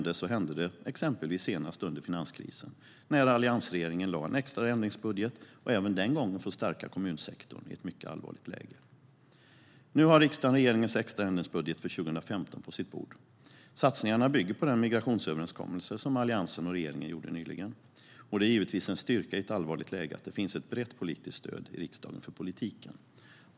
Det hände exempelvis senast under finanskrisen, när Alliansregeringen lade en extra ändringsbudget för att även den gången stärka kommunsektorn i ett mycket allvarligt läge. Nu har riksdagen regeringens extra ändringsbudget för 2015 på sitt bord. Satsningarna bygger på den migrationsöverenskommelse som Alliansen och regeringen gjorde nyligen. Det är givetvis en styrka i ett allvarligt läge att det finns ett brett politiskt stöd i riksdagen för politiken.